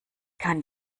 kann